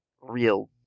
real